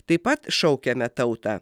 taip pat šaukiame tautą